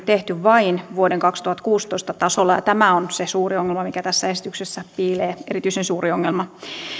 tehty vain vuoden kaksituhattakuusitoista tasolla ja tämä on se suuri ongelma mikä tässä esityksessä piilee erityisen suuri ongelma